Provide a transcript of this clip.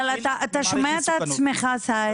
אבל אתה שומע את עצמך, סאיד,